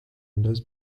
انداز